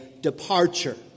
departure